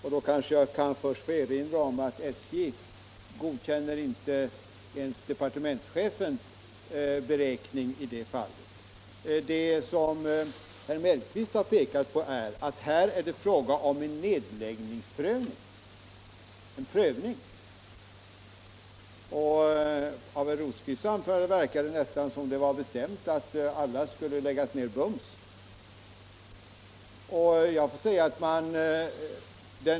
Jag kanske först får erinra om att SJ inte godkänner departementschefens beräkning i det fallet. Herr Mellqvist har pekat på att här är det fråga om en nedläggningsprövning. Av herr Rosqvists anförande verkar det nästan som om det var bestämt att alla ifrågavarande bandelar skulle läggas ned bums.